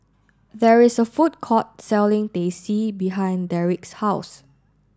there is a food court selling Teh C behind Derrek's house